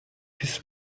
his